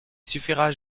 suffira